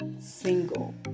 single